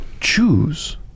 choose